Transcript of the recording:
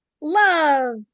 Love